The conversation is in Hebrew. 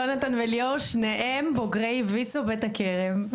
יהונתן וליאור שניהם בוגרי ויצ"ו בית הכרם.